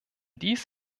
dies